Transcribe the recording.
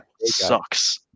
sucks